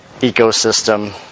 ecosystem